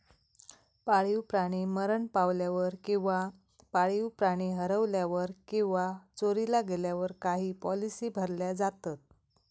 पाळीव प्राणी मरण पावल्यावर किंवा पाळीव प्राणी हरवल्यावर किंवा चोरीला गेल्यावर काही पॉलिसी भरल्या जातत